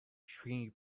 tree